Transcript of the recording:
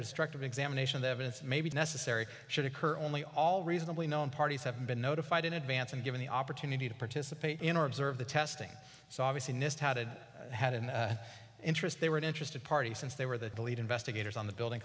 destructive examination the evidence may be necessary should occur only all reasonably known parties have been notified in advance and given the opportunity to participate in or observe the testing so obviously nist had it had an interest they were an interested party since they were the lead investigators on the building